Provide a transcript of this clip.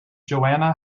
joanna